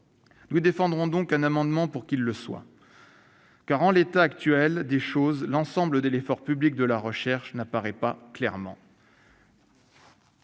Nous défendrons un amendement pour qu'ils le soient. Car, en l'état actuel des choses, l'ensemble de l'effort public de recherche n'apparaît pas clairement.